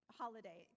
holiday